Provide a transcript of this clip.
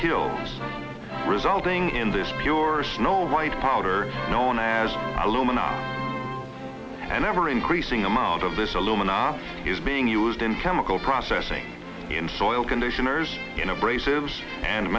kills resulting in this purest snow white powder known as aluminum and ever increasing amount of this alumina is being used in chemical processing in soil conditioners in abrasives and